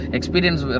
Experience